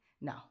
No